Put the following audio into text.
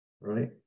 right